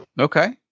Okay